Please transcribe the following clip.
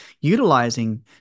utilizing